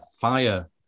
fire